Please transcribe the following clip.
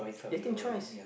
they think twice